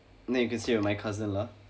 then you can stay with my cousin lah